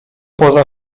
poza